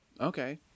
Okay